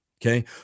Okay